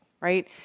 right